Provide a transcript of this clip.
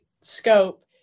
scope